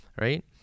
right